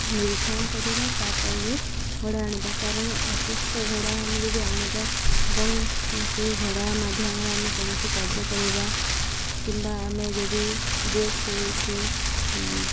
ନିରୀକ୍ଷଣ କରିବା ତାପରେ ଯେ ଘୋଡ଼ା ଆଣିବା କାରଣ ଅସୁସ୍ଥ ଘୋଡ଼ା ଆମେ ଯଦି ଆଣିବା ଏବଂ ସେଇ ଘୋଡ଼ା ମାଧ୍ୟମରେ ଆମେ କୌଣସି କାର୍ଯ୍ୟ କରିବା କିମ୍ବା ଆମେ ଯଦି ରେସ୍ କରୁଛେ